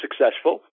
successful